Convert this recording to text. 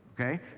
Okay